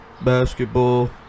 basketball